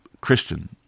Christian